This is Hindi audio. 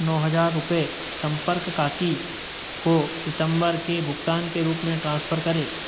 नौ हजार रुपये संपर्क काकी को सितंबर के भुगतान के रूप में ट्रांसफ़र करें